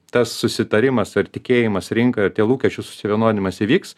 tas susitarimas ar tikėjimas rinkoje ir tie lūkesčių suvienodinimas įvyks